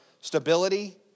stability